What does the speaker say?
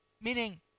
Meaning